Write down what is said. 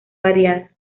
variada